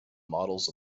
models